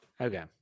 Okay